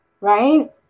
right